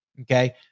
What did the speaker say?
Okay